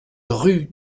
rue